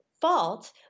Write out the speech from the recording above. fault